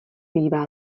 bývá